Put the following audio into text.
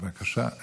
בבקשה.